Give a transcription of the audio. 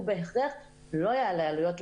הוא בהכרח לא יעלה עלויות.